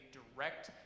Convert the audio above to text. direct